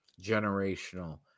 generational